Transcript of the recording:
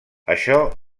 això